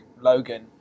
Logan